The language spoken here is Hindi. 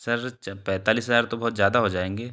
सर पैंतालीस हज़ार तो बहुत ज़्यादा हो जाएंगे